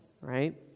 right